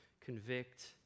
convict